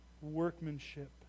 workmanship